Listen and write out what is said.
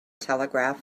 telegraph